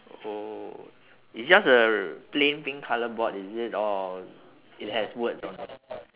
oh it's just a plain pink colour board is it or it has words on it